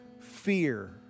fear